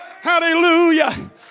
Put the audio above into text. hallelujah